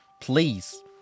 Please